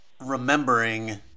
remembering